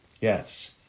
Yes